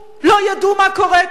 לא ידעו מה קורה כאן?